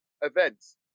events